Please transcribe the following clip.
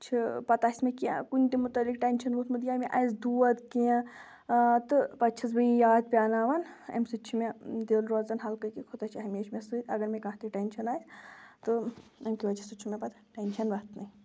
چھِ پَتہٕ آسہِ مےٚ کینٛہہ کُنہِ تہِ متعلق ٹٮ۪نشَن ووٚتھمُت یا مےٚ آسہِ دود کینٛہہ تہٕ پَتہٕ چھٮ۪س بہٕ یہِ یاد پیٛاناوان اَمہِ سۭتۍ چھِ مےٚ دِل روزان ہَلکہٕ کہ خُۄدا چھِ ہمیشہِ مےٚ سۭتۍ اگر مےٚ کانٛہہ تہِ ٹٮ۪نشَن آسہِ تہٕ اَمہِ کہِ وَجہہ سۭتۍ چھُ مےٚ پَتہٕ ٹٮ۪نشَن وَتھنٕے